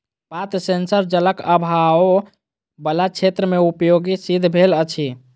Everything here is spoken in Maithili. पात सेंसर जलक आभाव बला क्षेत्र मे उपयोगी सिद्ध भेल अछि